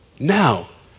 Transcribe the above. Now